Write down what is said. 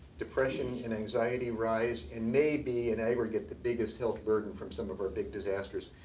depression and anxiety rise. and may be in aggregate the biggest health burden from some of our big disasters.